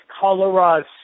Colorado